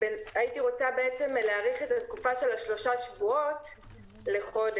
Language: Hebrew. הייתי רוצה להאריך את התקופה של שלושת השבועות לחודש.